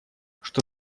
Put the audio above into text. что